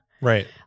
right